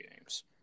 games